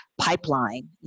pipeline